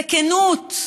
זה כנות.